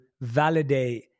validate